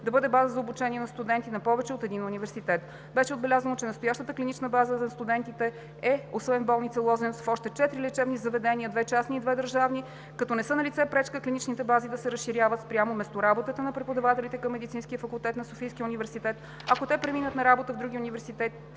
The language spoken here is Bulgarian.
да бъде база за обучение на студенти на повече от един университет. Беше отбелязано, че настоящата клинична база на студентите е освен в болница „Лозенец“, и в още четири лечебни заведения – две частни и две държавни, като не е налице пречка клиничните бази да се разширяват спрямо местоработата на преподавателите към Медицинския факултет на Софийския университет, ако те преминат на работа в други университетски